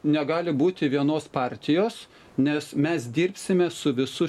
negali būti vienos partijos nes mes dirbsime su visu